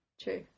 True